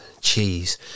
cheese